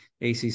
ACC